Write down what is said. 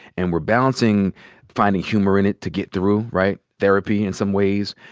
and we're balancing finding humor in it to get through, right, therapy in some ways.